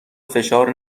فشار